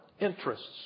interests